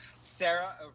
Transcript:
sarah